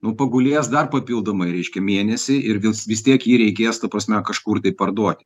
nu pagulės dar papildomai reiškia mėnesį ir vis vis tiek jį reikės ta prasme kažkur tai parduot